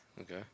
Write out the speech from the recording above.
Okay